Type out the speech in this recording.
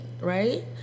right